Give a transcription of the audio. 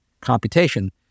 computation